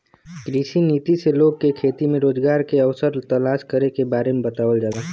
कृषि नीति से लोग के खेती में रोजगार के अवसर तलाश करे के बारे में बतावल जाला